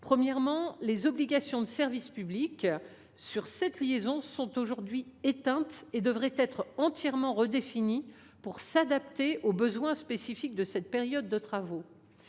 Premièrement, les obligations de service public (OSP) sur cette liaison sont aujourd’hui éteintes ; elles devraient être entièrement redéfinies pour s’adapter aux besoins spécifiques de cette période de travaux.